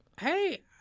Hey